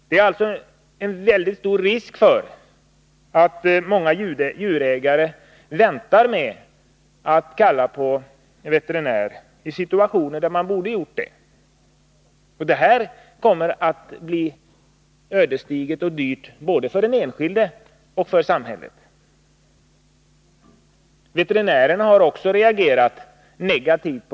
Det är därför väldigt stor risk för att många djurägare väntar med att kalla på veterinär i situationer där man borde göra det genast. Detta kommer att bli ödesdigert och dyrt både för den enskilde och för samhället. Veterinärerna har också reagerat negativt.